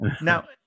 Now